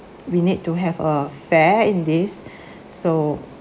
we need to have a fair in this so